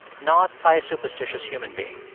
not by a superstitious human being.